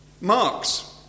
Marx